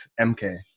MK